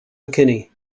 mckinney